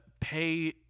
pay